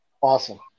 Awesome